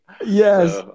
yes